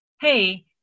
hey